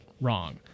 wrong